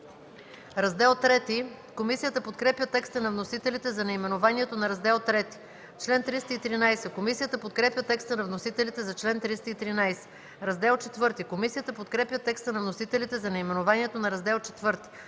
МАНОЛОВА: Комисията подкрепя текста на вносителите за наименованието на Раздел ІІІ. Комисията подкрепя текста на вносителите за чл. 356. Комисията подкрепя текста на вносителите за наименованието на Раздел ІV.